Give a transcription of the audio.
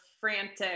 frantic